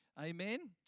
amen